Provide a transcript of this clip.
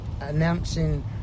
announcing